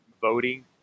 voting